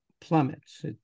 plummets